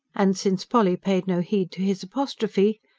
and since polly paid no heed to his apostrophe